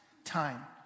time